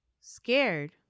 Scared